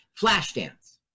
Flashdance